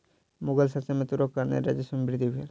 मुग़ल शासन में तूरक कारणेँ राजस्व में वृद्धि भेल